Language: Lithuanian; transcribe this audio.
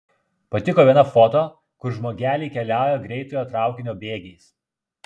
patiko viena foto kur žmogeliai keliauja greitojo traukinio bėgiais